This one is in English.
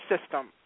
system